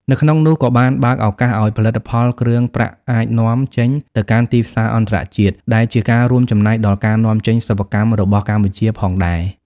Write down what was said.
នៅក្នុងនោះ ក៏បានបើកឱកាសឲ្យផលិតផលគ្រឿងប្រាក់អាច នាំចេញទៅកាន់ទីផ្សារអន្តរជាតិ ដែលជាការរួមចំណែកដល់ការនាំចេញសិប្បកម្មរបស់កម្ពុជាផងដែរ។